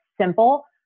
simple